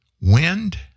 wind